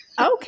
Okay